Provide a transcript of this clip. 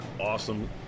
awesome